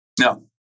No